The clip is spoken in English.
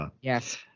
Yes